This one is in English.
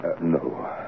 No